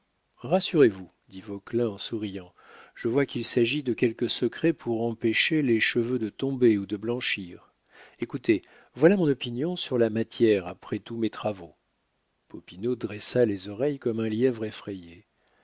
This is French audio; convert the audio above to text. rassurez-vous dit vauquelin en souriant je vois qu'il s'agit de quelque secret pour empêcher les cheveux de tomber ou de blanchir écoutez voilà mon opinion sur la matière après tous mes travaux popinot dressa les oreilles comme un lièvre effrayé